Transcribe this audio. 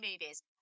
movies